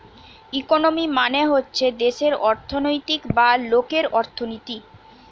economy মানে হচ্ছে দেশের অর্থনৈতিক বা লোকের অর্থনীতি